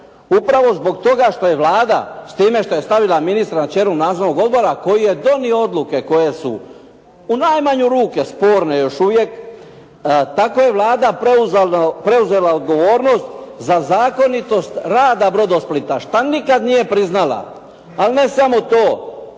upravo zbog toga što je Vlada što je stavila ministra na čelu nadzornog odbora koji je donio odluke koje su u najmanju ruku sporne još uvijek, tako je Vlada preuzela odgovornost za zakonitost rada Brodosplita šta nikada nije priznala. Ali ne samo to,